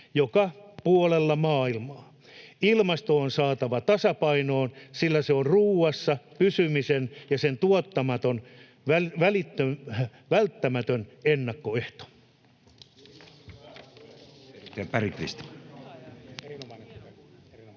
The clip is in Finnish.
joka puolella maailmaa. Ilmasto on saatava tasapainoon, sillä se on ruuassa pysymisen ja sen tuottamisen välttämätön ennakkoehto.